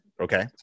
Okay